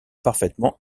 parfaitement